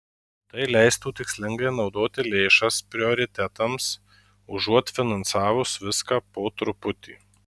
tai leistų tikslingai naudoti lėšas prioritetams užuot finansavus viską po truputį